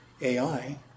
AI